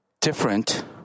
different